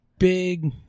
Big